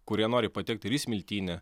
kurie nori patekti ir į smiltynę